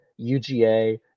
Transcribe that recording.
UGA